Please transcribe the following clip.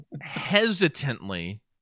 hesitantly